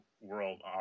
World